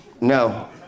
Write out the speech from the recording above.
No